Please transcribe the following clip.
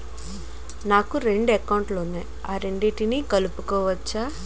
నాకు రెండు అకౌంట్ లు ఉన్నాయి రెండిటినీ కలుపుకోవచ్చా?